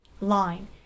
line